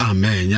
Amen